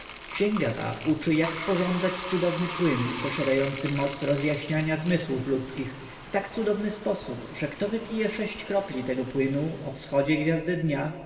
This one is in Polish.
ta uczy jak sporządzać cudowny płyn posiadający moc rozjaśniania zmysłów ludzkich w tak cudowny sposób że kto wypije sześć kropli tego płynu o wschodzie gwiazdy dnia